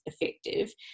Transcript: effective